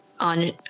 On